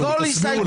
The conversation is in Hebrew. תסבירו לנו.